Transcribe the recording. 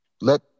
Let